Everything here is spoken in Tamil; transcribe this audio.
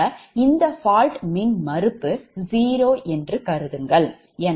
ஆக இந்தfault மின்மறுப்பு 0 என்று கருதுவோம்